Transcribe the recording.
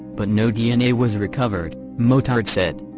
but no dna was recovered, motard said.